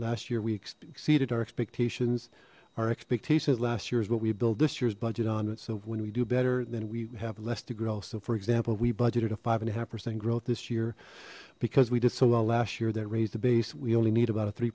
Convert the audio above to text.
last year we exceeded our expectations our expectations last year is what we build this year's budget on it so when we do better then we have less to grow so for example we budgeted a five and a half percent growth this year because we did so well last year that raised the base we only need about a three